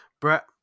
Brett